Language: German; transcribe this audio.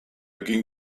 ging